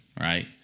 right